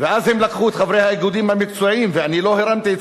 ואז הם לקחו את חברי האיגודים המקצועיים/ ואני לא הרמתי את